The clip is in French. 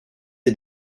est